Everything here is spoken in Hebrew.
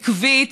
עקיבה,